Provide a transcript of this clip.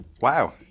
Wow